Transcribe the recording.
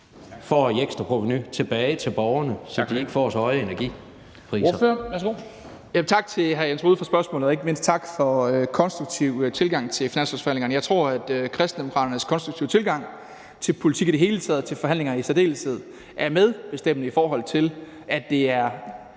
får i ekstra provenu, tilbage til borgerne, så de ikke får så høje energipriser?